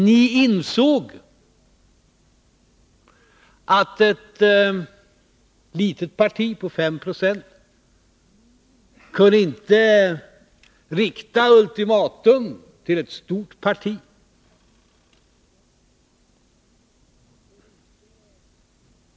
Ni insåg att ett litet parti på 5 20 inte kunde rikta ultimatum till ett stort parti.